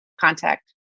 contact